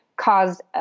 caused